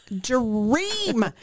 dream